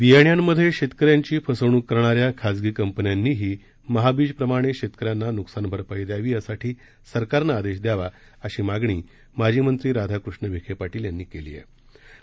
बीयाण्यांमध्ये शेतक यांची फसवणूक करणा या खासगी कंपन्यांनीही महाबीजप्रमाणे शेतक यांना नुकसान भरपाई देण्याबाबत सरकारनं आदेश द्यावा अशी मागणी माजी मंत्री ऱाधाकृष्ण विखे पाटील यांनी केली आहे केली